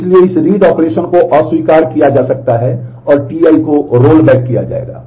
इसलिए इस read operation को अस्वीकार किया जा सकता है और Ti को रोलबैक किया जाएगा